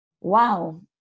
wow